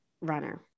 runner